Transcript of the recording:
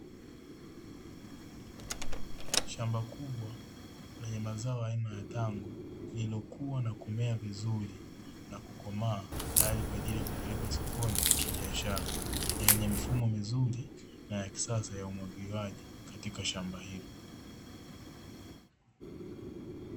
Shamba kubwa lenye mazao aina ya tango, lililokuwa na kumea vizuri na kukomaa tayari kwa ajili ya kupelekwa sokoni kibiashara, na yenye mifumo mizuri na ya kisasa ya umwagiliwaji katika shamba hilo.